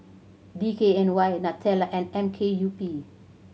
D K N Y Nutella and M K U P